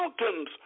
mountain's